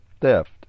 theft